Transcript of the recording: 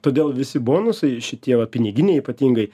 todėl visi bonusai šitie va piniginiai ypatingai